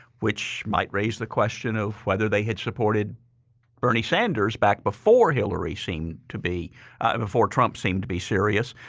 which might raise the question of whether they had supported bernie sanders back before hillary seemed to be before trump seemed to be serious.